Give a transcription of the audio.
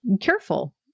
careful